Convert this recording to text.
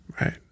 Right